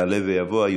הצעות מס'